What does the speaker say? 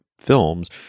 films